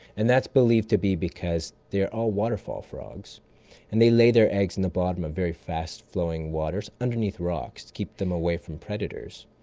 and that's believed to be because they're all waterfall frogs and they lay their eggs at and the bottom of very fast-flowing waters, underneath rocks to keep them away from predators.